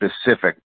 specific